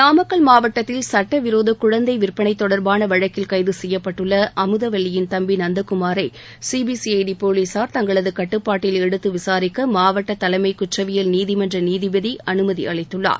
நாமக்கல் மாவட்டத்தில் சட்டவிரோத குழந்தை விற்பனை தொடர்பான வழக்கில் கைது செய்யப்பட்டுள்ள அமுதவல்லியின் தம்பி நந்தகுமாரை சிபிசிஐடி போலீசார் தங்களது கட்டுப்பாட்டில் எடுத்து விசாரிக்க மாவட்ட தலைமைக் குற்றவியல் நீதிமன்ற நீதிபதி அனுமதி அளித்துள்ளார்